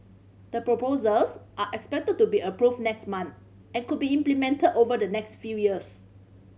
the proposals are expected to be approved next month and could be implemented over the next few years